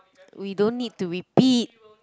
we don't need to repeat